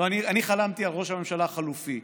אני חלמתי על ראש הממשלה החלופי,